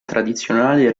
tradizionale